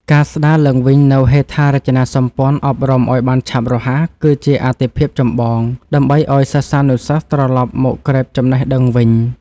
ការស្តារឡើងវិញនូវហេដ្ឋារចនាសម្ព័ន្ធអប់រំឱ្យបានឆាប់រហ័ស គឺជាអាទិភាពចម្បងដើម្បីឱ្យសិស្សានុសិស្សត្រឡប់មកក្រេបចំណេះដឹងវិញ។